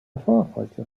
firefighter